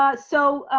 ah so,